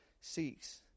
seeks